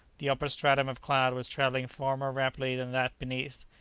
the upper stratum of cloud was travelling far more rapidly than that beneath,